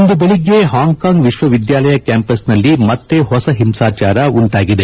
ಇಂದು ಬೆಳಗ್ಗೆ ಹಾಂಗ್ಕಾಂಗ್ನ ವಿಶ್ವವಿದ್ಯಾಲಯ ಕ್ಯಾಂಪಸ್ನಲ್ಲಿ ಮತ್ತೆ ಮತ್ತು ಹೊಸ ಹಿಂಸಾಚಾರ ಉಂಟಾಗಿದೆ